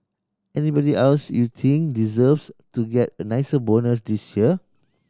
anybody else you think deserves to get a nicer bonus this year